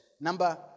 Number